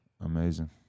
Amazing